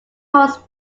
holds